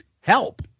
help